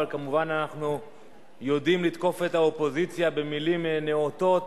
אבל כמובן אנחנו יודעים לתקוף את האופוזיציה במלים נאותות